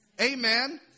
Amen